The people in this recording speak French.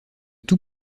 tout